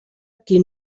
qui